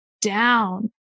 down